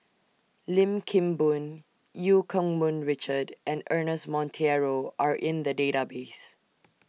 Lim Kim Boon EU Keng Mun Richard and Ernest Monteiro Are in The Database